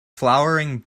flowering